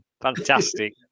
Fantastic